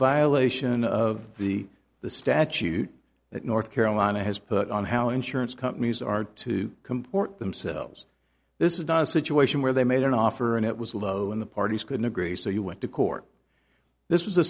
violation of the the statute that north carolina has put on how insurance companies are to comport themselves this is not a situation where they made an offer and it was low in the parties couldn't agree so you went to court this was a